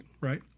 right